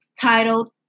titled